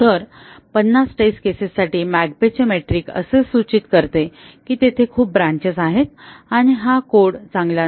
तर 50 टेस्ट केसेससाठी McCabe चे मेट्रिक असे सूचित करते की तेथे खूप ब्रॅंचेस आहेत आणि हा कोड चांगला नाही